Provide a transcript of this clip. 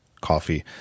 coffee